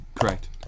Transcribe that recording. Correct